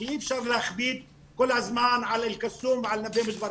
כי אי אפשר להכביד כל הזמן על אל קסום ועל נווה מדבר.